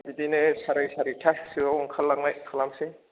दा बिदिनो साराइ सारितासोआव ओंखारलांनाय खालामसै